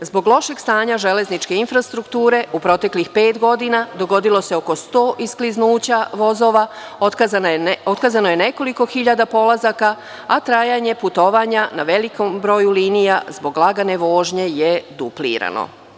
Zbog lošeg stanja železničke infrastrukture, u proteklih pet godina dogodilo se oko 100 iskliznuća vozova, otkazano je nekoliko hiljada polazaka, a trajanje putovanja na velikom broju linija zbog lagane vožnje je duplirano.